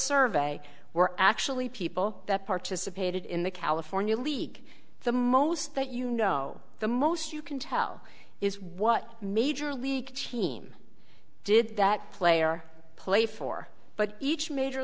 survey were actually people that participated in the california leak the most that you know the most you can tell is what major league team did that player play for but each major